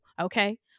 Okay